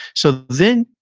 so, then,